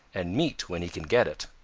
and meat when he can get it.